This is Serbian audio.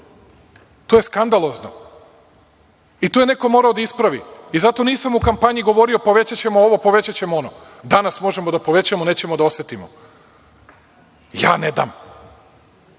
To je skandalozno, i to je neko morao da ispravi i zato nisam u kampanji govorio povećaćemo ovo, povećaćemo ono. Danas možemo da povećamo nećemo da osetimo. Ja ne dam.